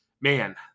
man